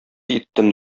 иттем